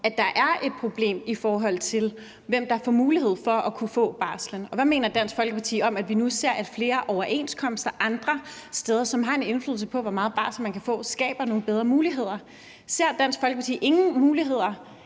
at der er et problem, i forhold til hvem der får mulighed for at kunne få barslen? Og hvad mener Dansk Folkeparti om, at vi nu ser, at flere overenskomster – og andre ting, som har indflydelse på, hvor meget barsel man kan få – skaber nogle bedre muligheder? Ser Dansk Folkeparti ingen muligheder